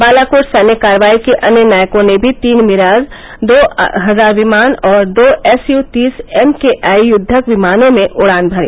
बालाकोट सैन्य कार्रवाई के अन्य नायकों ने भी तीन मिराज दो हजार विमान और दो एसयू तीस एमकेआई युद्वक विमानों में उड़ान भरी